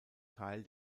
teil